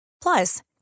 Plus